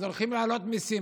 אז הולכים להעלות מיסים.